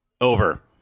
Over